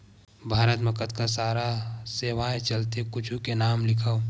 भारत मा कतका सारा सेवाएं चलथे कुछु के नाम लिखव?